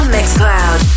Mixcloud